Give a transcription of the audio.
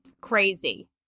crazy